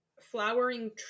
flowering